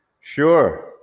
Sure